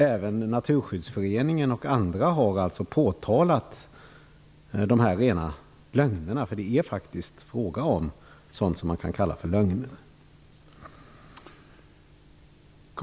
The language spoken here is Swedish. Även Naturskyddsföreningen och andra har påtalat de rena lögner som det faktiskt är fråga om.